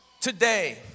Today